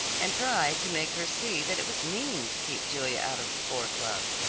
and tried to make her see that it was mean to keep julia out of the four club.